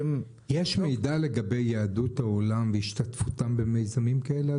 יש מידע לגבי יהדות העולם והשתתפותם במזמים כאלה,